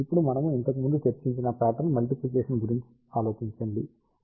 ఇప్పుడు మనము ఇంతకుముందు చర్చించిన ప్యాట్రన్ మల్టిప్లికేషన్ గురించి ఆలోచించండి